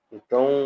Então